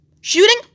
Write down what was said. shooting